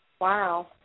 Wow